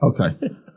Okay